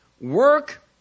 Work